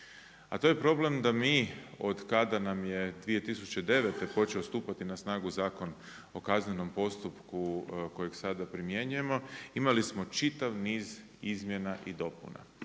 A to je problem da mi otkada nam je 2009. počeo stupati na snagu Zakon o kaznenom postupku kojeg sada primjenjujemo, imali smo čitav niz izmjena i dopuna.